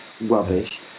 Rubbish